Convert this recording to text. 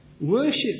Worship